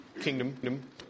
kingdom